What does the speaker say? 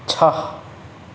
छ